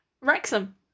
Wrexham